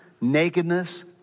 nakedness